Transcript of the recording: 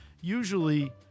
usually